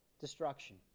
destruction